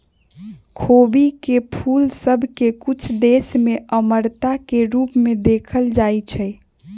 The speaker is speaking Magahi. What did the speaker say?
खोबी के फूल सभ के कुछ देश में अमरता के रूप में देखल जाइ छइ